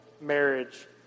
marriage